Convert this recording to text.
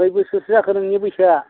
खोय बोसोरसो जाखो नोंनि बैसोआ